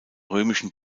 römischen